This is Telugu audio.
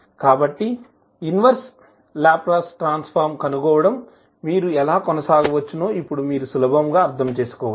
కాబట్టి ఇన్వర్స్ లాప్లాస్ ట్రాన్స్ ఫార్మ్ ను కనుగొనడం మీరు ఎలా కొనసాగవచ్చో ఇప్పుడు మీరు సులభంగా అర్థం చేసుకోవచ్చు